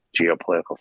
geopolitical